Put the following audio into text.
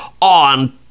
on